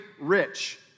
rich